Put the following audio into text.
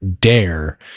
dare